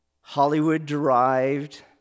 Hollywood-derived